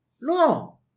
No